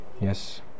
yes